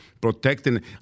protecting